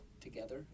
together